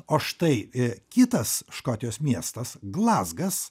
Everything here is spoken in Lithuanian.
o štai kitas škotijos miestas glazgas